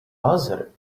other